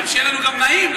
שיהיה לנו גם נעים,